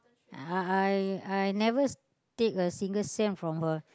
I I I never take a single cent from her